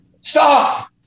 Stop